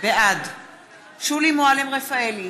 בעד שולי מועלם-רפאלי,